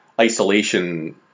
isolation